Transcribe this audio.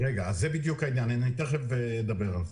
זה בדיוק העניין, אני תכף אדבר על זה.